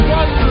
one